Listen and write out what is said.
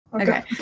Okay